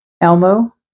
ELMO